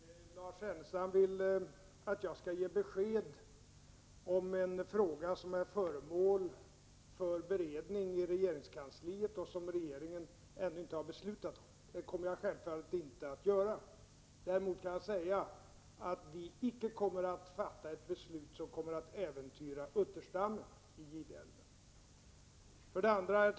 Herr talman! Lars Ernestam vill att jag skall ge besked i en fråga som är föremål för beredning i regeringskansliet och som regeringen ännu inte har beslutat om. Det kommer jag självfallet inte att göra. Jag kan dock säga att vi icke kommer att fatta ett beslut som äventyrar utterstammen vid Gideälven.